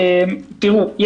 תראו,